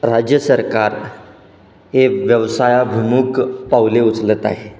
राज्य सरकार हे व्यवसायाभिमुख पावले उचलत आहे